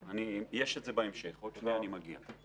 יש את זה בהמשך, אני אגיע לזה.